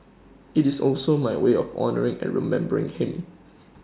IT is also my way of honouring and remembering him